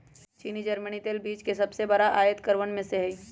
चीन जर्मनी तेल बीज के सबसे बड़ा आयतकरवन में से हई